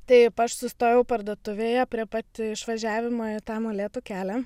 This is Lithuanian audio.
taip aš sustojau parduotuvėje prie pat išvažiavimo į tą molėtų kelią